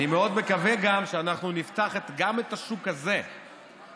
אני מאוד מקווה שנפתח גם את השוק הזה לתחרות,